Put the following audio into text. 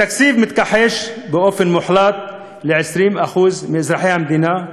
התקציב מתכחש באופן מוחלט ל-20% מאזרחי המדינה,